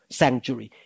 sanctuary